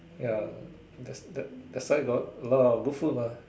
ya that's that that's side got a lot of good food mah